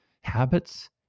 habits